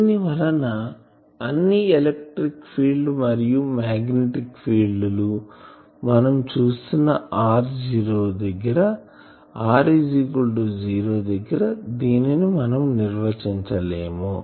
దీని వలన అన్ని ఎలక్ట్రిక్ ఫీల్డ్ మరియు మాగ్నెటిక్ ఫీల్డ్ లు మనం చూస్తున్న r 0 దగ్గర దీనిని మనం నిర్వచించలేము